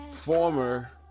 Former